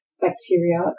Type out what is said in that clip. bacteria